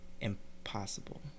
impossible